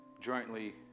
jointly